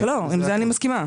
עם זה אני מסכימה.